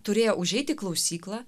turėjo užeit į klausyklą